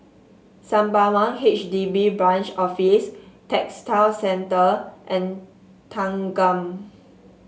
Sembawang H D B Branch Office Textile Centre and Thanggam